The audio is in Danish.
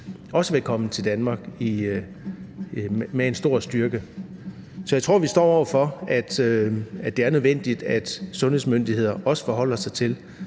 også vil komme til Danmark med en stor styrke. Så jeg tror, vi står over for, at det er nødvendigt, at sundhedsmyndigheder også forholder sig til,